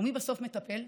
ומי בסוף מטפל?